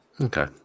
Okay